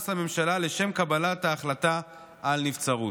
הממשלה לשם קבלת ההחלטה על נבצרות.